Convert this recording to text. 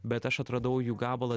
bet aš atradau jų gabalą